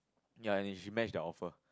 ya you should match their offer